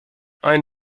ein